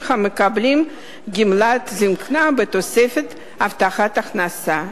המקבלים גמלת זיקנה בתוספת הבטחת הכנסה.